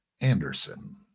anderson